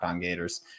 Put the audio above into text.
Gators